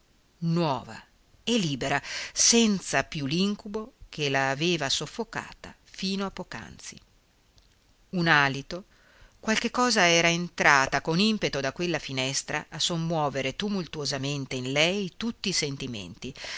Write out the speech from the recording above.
nuova e libera senza più l'incubo che l'aveva soffocata fino a poc'anzi un alito qualche cosa era entrata con impeto da quella finestra a sommuovere tumultuosamente in lei tutti i sentimenti